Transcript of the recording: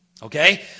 Okay